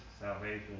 salvation